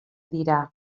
dira